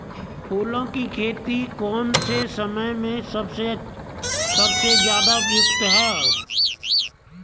फूलों की खेती कौन से समय में सबसे ज़्यादा उपयुक्त है?